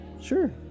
sure